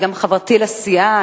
וגם חברתי לסיעה,